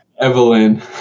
Evelyn